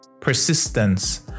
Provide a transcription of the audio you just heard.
persistence